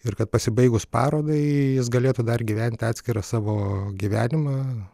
ir kad pasibaigus parodai jis galėtų dar gyventi atskirą savo gyvenimą